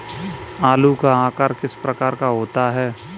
आलू का आकार किस प्रकार का होता है?